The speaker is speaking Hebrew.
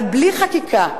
אבל בלי חקיקה,